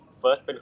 first